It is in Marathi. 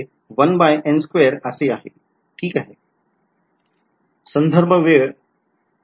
संदर्भ स्लाईड वेळ १०